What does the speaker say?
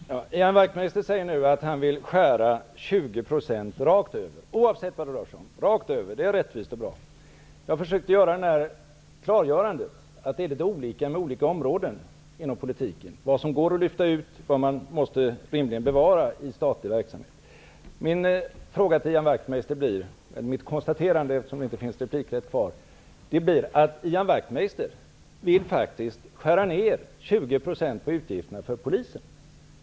Fru talman! Ian Wachtmeister säger nu att han vill skära 20 % rakt över, oavsett vad det rör sig om -- det är rättvist och bra. Jag försökte klargöra att det är litet olika på olika områden inom politiken beträffande vad som går att lyfta ut och vad man rimligen måste bevara i statlig verksamhet. Jag kan inte ställa någon fråga till Ian Wachtmeister, eftersom han inte har någon replikrätt. I stället blir mitt konstaterande att Ian Wachtmeister faktiskt vill skära ned 20 % av utgifterna för Polisen.